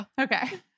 Okay